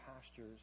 pastures